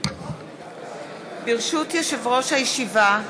ברשות יושב-ראש הישיבה,